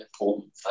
important